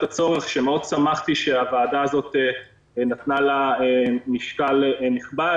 הצורך שמאוד שמחתי שהוועדה הזאת נתנה לה משקל נכבד,